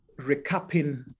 recapping